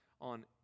on